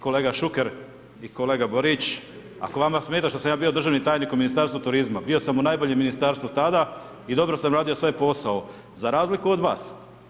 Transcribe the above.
Kolega Šuker i kolega Borić ako vama smeta što sam ja bio državni tajnik u Ministarstvu turizma, bio sam u najboljem ministarstvu tada i dobro sam radio svoj posao za razliku od vas.